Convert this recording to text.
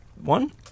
one